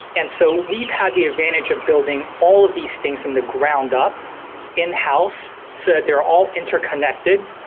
and so we've had the advantage of building all of these things from the ground up in-house, so that they're all interconnected,